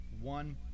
one